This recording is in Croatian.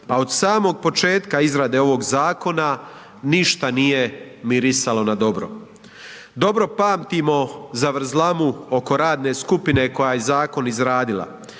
a od samog početka izrade ovog zakona ništa nije mirisalo na dobro. Dobro pamtimo zavrzlamu oko radne skupine koja je zakon izradila.